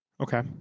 okay